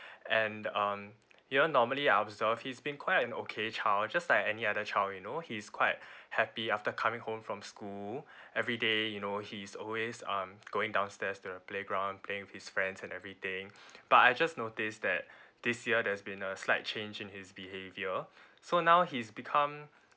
and um you know normally I observed he's been quite okay child just like any other child you know he's quite happy after coming home from school every day you know he's always um going downstairs the playground playing with his friends and everything but I just notice that this year there's been a slight change in his behaviour so now he's become